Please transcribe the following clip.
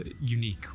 unique